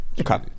Okay